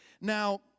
Now